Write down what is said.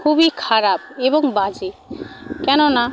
খুবই খারাপ এবং বাজে কেন না